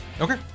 okay